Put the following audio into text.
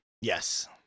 Yes